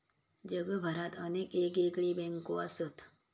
जगभरात अनेक येगयेगळे बँको असत